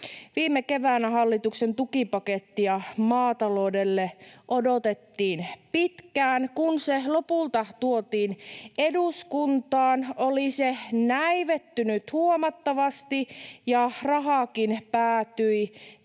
Viime keväänä hallituksen tukipakettia maataloudelle odotettiin pitkään. Kun se lopulta tuotiin eduskuntaan, oli se näivettynyt huomattavasti ja rahaakin päätyi